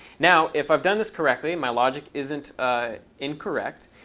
now, if i've done this correctly, my logic isn't incorrect,